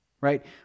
right